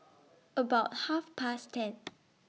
about Half Past ten